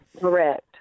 Correct